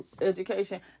education